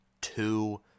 two